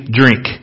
drink